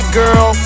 girl